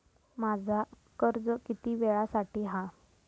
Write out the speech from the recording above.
माझा कर्ज किती वेळासाठी हा?